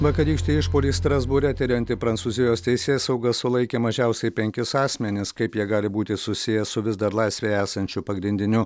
vakarykštį išpuolį strasbūre tirianti prancūzijos teisėsauga sulaikė mažiausiai penkis asmenis kaip jie gali būti susiję su vis dar laisvėje esančiu pagrindiniu